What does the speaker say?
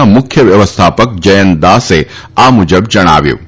ના મુખ્ય વ્યવસ્થાપક જયંત દાસે આ મુજબ જણાવ્યું હતું